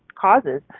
causes